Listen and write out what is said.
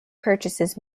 purchases